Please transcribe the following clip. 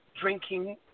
drinking